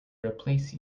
replace